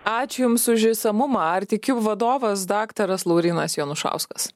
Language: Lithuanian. ačiū jums už išsamumą artikiub vadovas daktaras laurynas jonušauskas